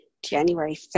January